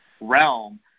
realm